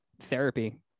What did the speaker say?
therapy